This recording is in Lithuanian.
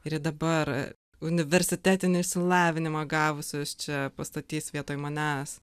ir į dabar universitetinį išsilavinimą gavusius čia pastatys vietoj manęs